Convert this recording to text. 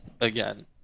again